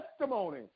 testimony